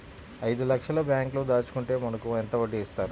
ఐదు లక్షల బ్యాంక్లో దాచుకుంటే మనకు ఎంత వడ్డీ ఇస్తారు?